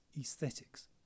aesthetics